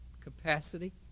capacity